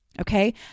Okay